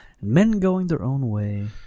men-going-their-own-way